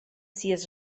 sias